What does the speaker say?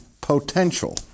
potential